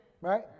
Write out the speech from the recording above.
right